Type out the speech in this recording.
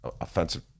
offensive